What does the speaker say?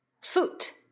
Foot